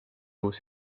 uus